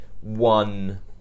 one